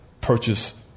Purchase